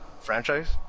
franchise